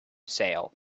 sale